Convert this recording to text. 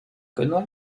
conway